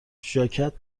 ژاکت